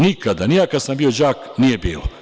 Nikada, ni ja kada sam bio đak nije bilo.